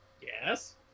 Yes